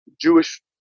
Jewish